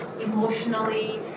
emotionally